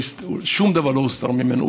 שום דבר לא הוסתר ממנו.